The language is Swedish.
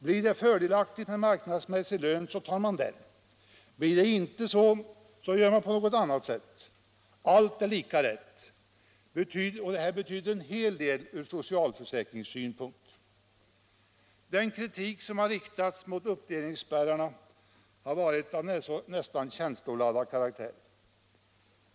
Blir det fördelaktigt med marknadsmässig lön tar man den, blir det inte det så gör man något annat. Allt blir lika rätt. Det här betyder en hel del ur socialförsäkringssynpunkt också. Den kritik som har riktats mot uppdelningsspärrarna har varit av nästan känsloladdad karaktär.